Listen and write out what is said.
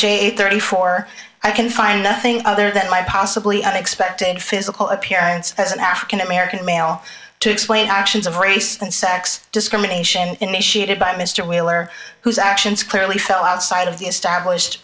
and thirty four i can find nothing other than my possibly unexpected physical appearance as an african american male to explain actions of race and sex discrimination initiated by mr wheeler whose actions clearly fell outside of the established